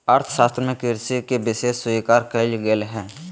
अर्थशास्त्र में कृषि के विशेष स्वीकार कइल गेल हइ